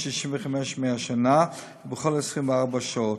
365 ימי השנה ובכל 24 השעות,